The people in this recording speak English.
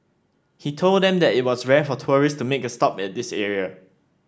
he told them that it was rare for tourists to make a stop at this area